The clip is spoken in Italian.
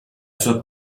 sua